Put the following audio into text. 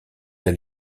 elle